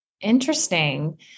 Interesting